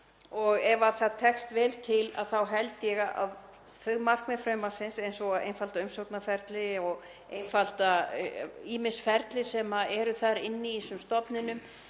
Ef það tekst vel til þá held ég að þau markmið frumvarpsins, eins og að einfalda umsóknarferli og einfalda ýmis ferli sem eru þar inni í þessum